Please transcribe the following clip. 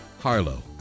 Harlow